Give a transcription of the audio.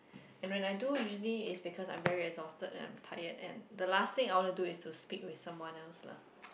and when I do usually it's because I'm very exhausted and I'm tired and the last thing I want to do is to speak with someone else lah